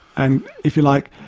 and if you like,